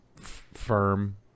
firm